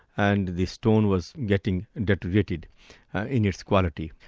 and the stone was getting and deteriorated in its quality.